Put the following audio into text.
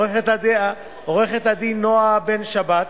עורכת-הדין נועה בן-שבת,